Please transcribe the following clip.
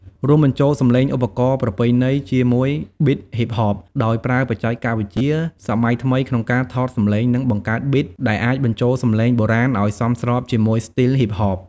រួមបញ្ចូលសម្លេងឧបករណ៍ប្រពៃណី ជាមួយប៊ីតហ៊ីបហប ដោយប្រើបច្ចេកវិទ្យាសម័យថ្មីក្នុងការថតសម្លេង និងបង្កើតប៊ីត ដែលអាចបញ្ចូលសម្លេងបុរាណឲ្យសមស្របជាមួយ ស្ទីលហ៊ីបហប។